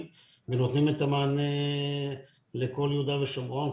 והם נותנים את המענה לכל יהודה ושומרון,